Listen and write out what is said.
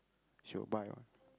she will buy one